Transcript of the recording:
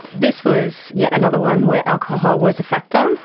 this was yet another one where alcohol was a factor.